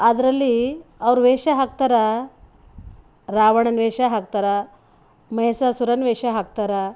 ಅದರಲ್ಲಿ ಅವರು ವೇಷ ಹಾಕ್ತಾರೆ ರಾವಣನ ವೇಷ ಹಾಕ್ತಾರೆ ಮೈಷಾಸುರನ ವೇಷ ಹಾಕ್ತಾರೆ